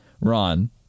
Ron